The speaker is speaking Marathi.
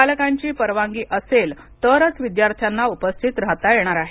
पालकांची परवानगी असेल तरच विद्यार्थ्यांना उपस्थित राहता येणार आहे